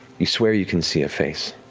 you swear you can see a face.